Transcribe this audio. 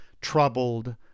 troubled